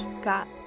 got